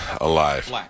Alive